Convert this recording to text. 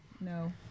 no